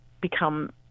become